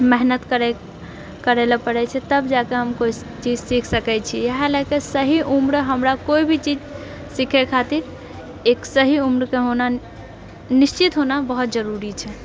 मेहनत करै करै लऽ पड़ै छै तब जाए कऽ हम किछु चीज सीख सकैत छिऐ इहए लए कऽ सही उम्र हमरा कोइ भी चीज सीखए खातिर एक सही उम्रके होना निश्चित होना बहुत जरुरी छै